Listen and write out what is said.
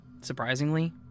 Surprisingly